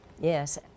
yes